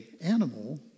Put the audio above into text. animal